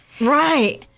Right